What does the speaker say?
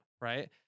right